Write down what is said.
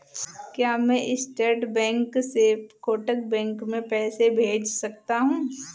क्या मैं state bank से कोटक बैंक में पैसे भेज सकता हूँ?